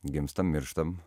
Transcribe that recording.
gimstam mirštam